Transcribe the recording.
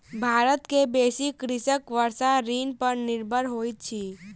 भारत के बेसी कृषक वर्षा ऋतू पर निर्भर होइत अछि